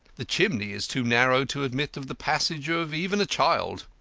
the chimney is too narrow to admit of the passage of even a child.